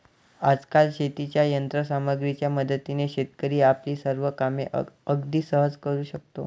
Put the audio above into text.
आजकाल शेतीच्या यंत्र सामग्रीच्या मदतीने शेतकरी आपली सर्व कामे अगदी सहज करू शकतो